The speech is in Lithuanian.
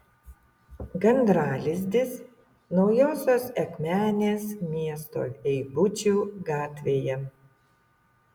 gandralizdis naujosios akmenės miesto eibučių gatvėje